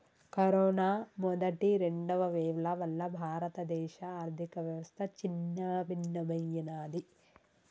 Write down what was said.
corona మొదటి, రెండవ వేవ్ల వల్ల భారతదేశ ఆర్ధికవ్యవస్థ చిన్నాభిన్నమయ్యినాది